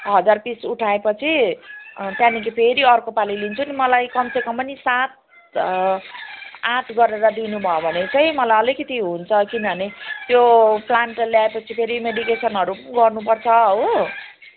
हजार पिस उठाएपछि त्यहाँदेखि फेरि अर्कोपालि लिन्छु नि मलाई कमसे कम पनि सात आठ गरेर दिनुभयो भने चाहिँ मलाई अलिकति हुन्छ किनभने त्यो प्लान्टलाई ल्याएपछि फेरि मेडिकेसनहरू पनि गर्नुपर्छ है